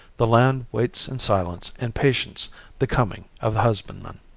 the land waits in silence and patience the coming of the husbandman.